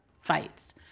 fights